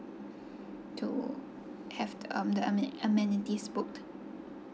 to have the um the ame~ amenities booked